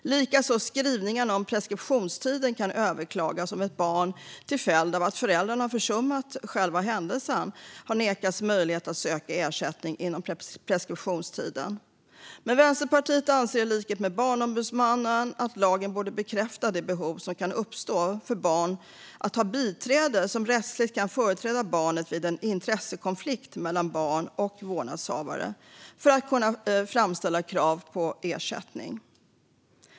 Även skrivningarna om att preskriptionstiden kan överklagas om ett barn till följd av att föräldrarna har försummat själva händelsen har nekats möjlighet att söka ersättningen inom preskriptionstiden är bra. Vänsterpartiet anser dock i likhet med Barnombudsmannen att lagen borde bekräfta det behov som kan uppstå för barn att ha biträde som rättsligt kan företräda barnet vid en intressekonflikt mellan barn och vårdnadshavare för att kunna framställa krav på ersättning.